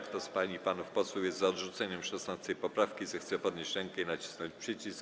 Kto z pań i panów posłów jest za odrzuceniem 16. poprawki, zechce podnieść rękę i nacisnąć przycisk.